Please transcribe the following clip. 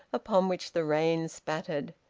upon which the rain spattered.